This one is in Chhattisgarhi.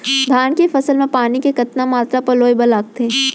धान के फसल म पानी के कतना मात्रा पलोय बर लागथे?